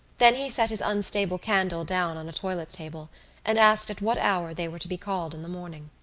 then he set his unstable candle down on a toilet-table and asked at what hour they were to be called in the morning.